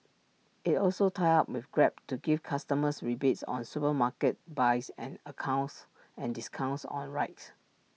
IT also tied up with grab to give customers rebates on supermarket buys and account discounts on rides